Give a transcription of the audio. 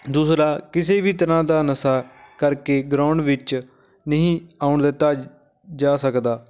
ਦੂਸਰਾ ਕਿਸੇ ਵੀ ਤਰ੍ਹਾਂ ਦਾ ਨਸ਼ਾ ਕਰਕੇ ਗਰਾਊਂਡ ਵਿੱਚ ਨਹੀਂ ਆਉਣ ਦਿੱਤਾ ਜਾ ਸਕਦਾ